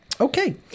Okay